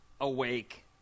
awake